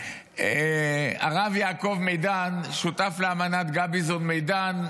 הרב יעקב מדן שותף לאמנת גביזון-מדן,